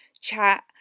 chat